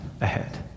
ahead